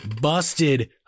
busted